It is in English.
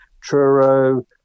Truro